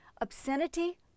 Obscenity